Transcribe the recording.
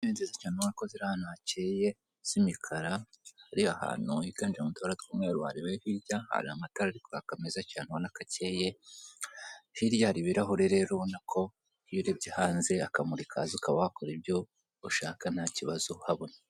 Intebe ubona ko ziri ahantu hakeye z'imikara, ziri ahantu higanje mu tubara tw'umweru wareba hirya, hari amatara ari kwaka meza cyane ubona ko akeye hirya hari ibirahure, rero nabwo iyo urebye hanze, akamuri kaza ukaba wakora ibyo ushaka ntakibazo habona.